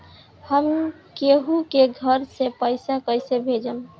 हम केहु के घर से पैसा कैइसे भेजम?